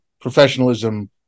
professionalism